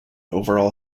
overall